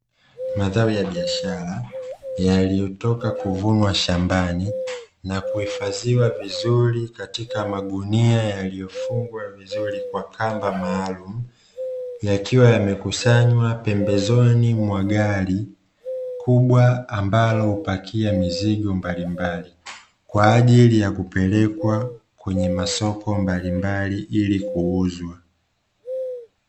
Mazao ya biashara yaliyotoka kuvunwa shambani na kuhifadhiwa vizuri katika magunia yaliyofungwa vizuri kwa kamba maalumu. Yakiwa yamekusanywa pembezoni mwa gari kubwa ambalo hupakia mizigo mbalimbali, kwa ajili ya kupelekwa kwenye masoko mbalimbali ili kuuzwa.